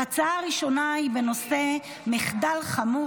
ההצעה הראשונה לסדר-היום היא בנושא מחדל חמור: